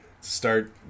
start